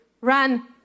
run